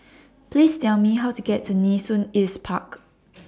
Please Tell Me How to get to Nee Soon East Park